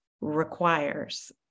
requires